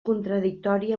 contradictori